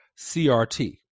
CRT